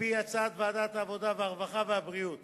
על-פי הצעת ועדת העבודה, הרווחה והבריאות